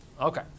Okay